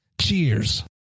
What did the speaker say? Cheers